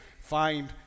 find